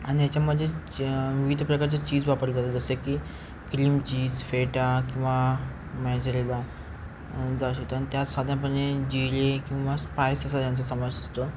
आणि याच्यामध्ये च विविध प्रकारचे चीज वापरली जातात जसे की क्लीम चीज फेटा किंवा मॅजलेला जास्त त्यात साधारणपणे जिरे किंवा स्पायस यांचा समावेश असतो